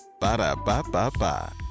Ba-da-ba-ba-ba